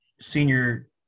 senior